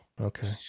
okay